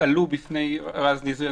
עלו בפני רז נזרי.